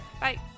Bye